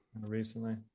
recently